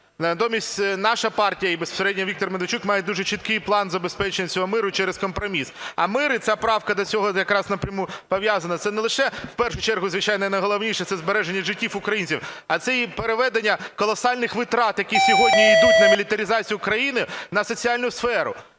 Натомість наша партія і безпосередньо Віктор Медведчук має дуже чіткий план забезпечення цього миру через компроміс. А мир і ця правка до цього якраз напряму пов'язана. Це не лише в першу чергу... І, звичайно, і найголовніше – це збереження життів українців, а це і переведення колосальних витрат, які сьогодні йдуть на мілітаризацію України, на соціальну сферу.